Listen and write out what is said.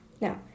Now